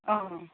অঁ